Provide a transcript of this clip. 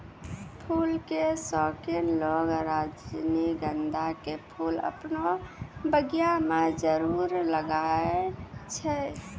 फूल के शौकिन लोगॅ रजनीगंधा के फूल आपनो बगिया मॅ जरूर लगाय छै